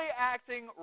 acting